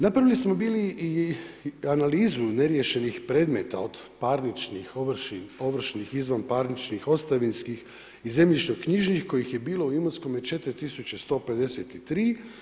Napravili smo bili i analizu neriješenih predmeta od parničnih, ovršnih, izvanparničnih, ostavinskih i zemljišno knjižnih kojih je bilo u Imotskome 4153.